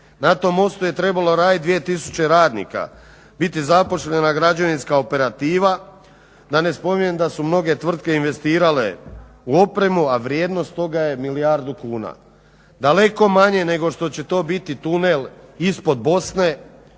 Na tom mostu je trebalo radit 2000 radnika, biti zaposlena građevinska operativa, da ne spominjem da su mnoge tvrtke investirale u opremi, a vrijednost toga je milijardu kuna, daleko manje nego što će to biti tunel ispod Bosne,